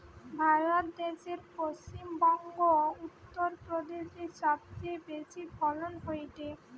ভারত দ্যাশে পশ্চিম বংগো, উত্তর প্রদেশে সবচেয়ে বেশি ফলন হয়টে